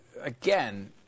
again